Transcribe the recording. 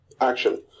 action